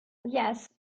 yes